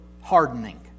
hardening